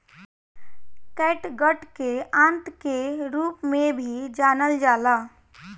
catgut के आंत के रूप में भी जानल जाला